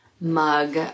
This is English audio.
mug